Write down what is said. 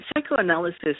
psychoanalysis